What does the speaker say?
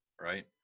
Right